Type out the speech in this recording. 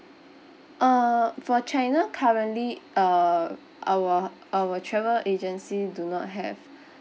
uh for china currently uh our our travel agency do not have